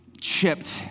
chipped